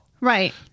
right